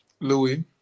Louis